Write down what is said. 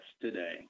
today